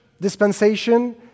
dispensation